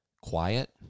quiet